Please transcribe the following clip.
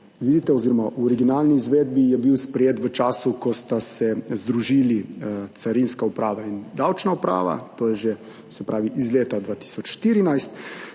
oziroma v originalni izvedbi, je bil sprejet v času, ko sta se združili carinska uprava in davčna uprava, to je že iz leta 2014.